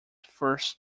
first